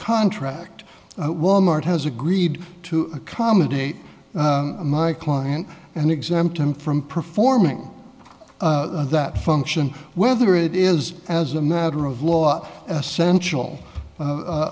contract wal mart has agreed to accommodate my client and exempt them from performing that function whether it is as a matter of law but essential u